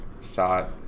shot